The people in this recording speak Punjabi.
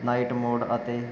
ਨਾਈਟ ਮੋਡ ਅਤੇ